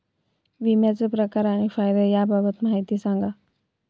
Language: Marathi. विम्याचे प्रकार आणि फायदे याबाबत माहिती सांगा